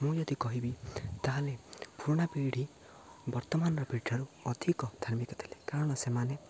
ମୁଁ ଯଦି କହିବି ତାହେଲେ ପୁରୁଣା ପିଢ଼ି ବର୍ତ୍ତମାନର ପିଢ଼ିଠାରୁ ଅଧିକ ଧାର୍ମିକ ଥିଲେ କାରଣ ସେମାନେ